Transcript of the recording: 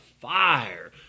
fire